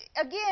again